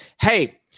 hey